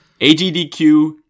AGDQ